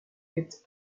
est